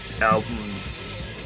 Albums